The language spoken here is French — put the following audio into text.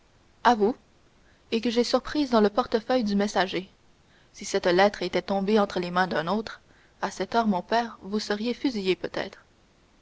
à vous et que j'ai surprise dans le portefeuille du messager si cette lettre était tombée entre les mains d'un autre à cette heure mon père vous seriez fusillé peut-être